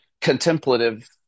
contemplative